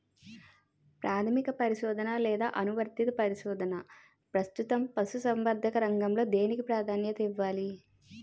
ప్రాథమిక పరిశోధన లేదా అనువర్తిత పరిశోధన? ప్రస్తుతం పశుసంవర్ధక రంగంలో దేనికి ప్రాధాన్యత ఇవ్వాలి?